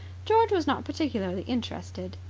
george was not particularly interested,